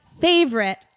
Favorite